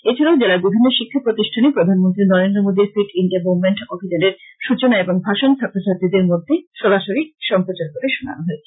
এছাড়াও জেলার বিভিন্ন শিক্ষা প্রতিষ্ঠানে প্রধান মন্ত্রী নরেন্দ্র মোদীর ফিট ইন্ডিয়া মুভমেন্ট অভিযানের সূচনা এবং ভাষন ছাত্র ছাত্রীদের মধ্যে সরাসরি প্রচার করে শোনান হয়েছে